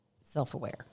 self-aware